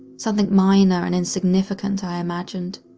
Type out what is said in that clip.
something minor and insignificant i imagined.